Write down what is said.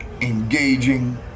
engaging